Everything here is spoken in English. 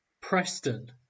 Preston